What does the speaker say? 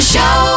Show